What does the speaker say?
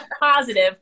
positive